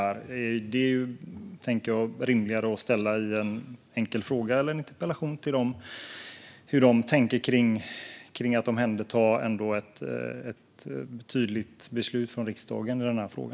Jag tänker att det är rimligare att ställa en enkel fråga eller en interpellation till dem om hur de tänker omhänderta ett tydligt beslut från riksdagen i denna fråga.